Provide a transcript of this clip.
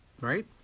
Right